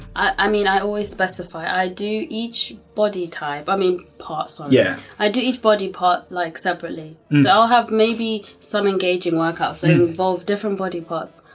i mean i always specify i do each body type. i mean part. yeah i do each body part like separately so i'll have maybe some engaging workouts that involve different body parts.